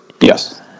yes